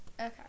Okay